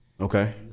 Okay